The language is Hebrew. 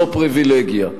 זו פריווילגיה.